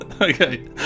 Okay